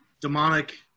demonic